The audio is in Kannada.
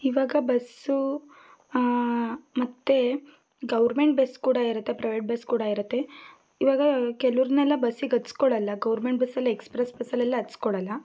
ಈವಾಗ ಬಸ್ಸು ಮತ್ತು ಗೌರ್ಮೆಂಟ್ ಬಸ್ ಕೂಡ ಇರುತ್ತೆ ಪ್ರೈವೇಟ್ ಬಸ್ ಕೂಡ ಇರುತ್ತೆ ಈವಾಗ ಕೆಲವರ್ನೆಲ್ಲಾ ಬಸ್ಸಿಗೆ ಹತ್ಸ್ಕೊಳ್ಳಲ್ಲ ಗೌರ್ಮೆಂಟ್ ಬಸ್ಸಲ್ಲಿ ಎಕ್ಸ್ಪ್ರೆಸ್ ಬಸ್ಸಲ್ಲೆಲ್ಲ ಹತ್ಸ್ಕೊಳ್ಳಲ್ಲ